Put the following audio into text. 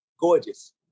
gorgeous